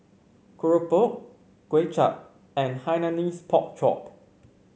keropok Kuay Chap and Hainanese Pork Chop